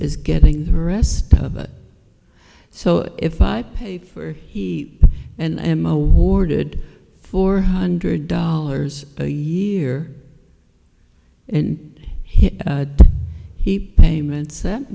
is getting the rest of it so if i pay for the and i am awarded four hundred dollars a year and hit the payments that